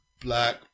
Black